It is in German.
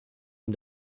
ihm